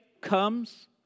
Comes